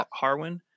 Harwin